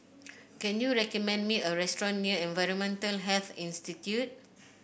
can you recommend me a restaurant near Environmental Health Institute